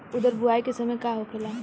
उरद बुआई के समय का होखेला?